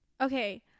Okay